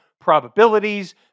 probabilities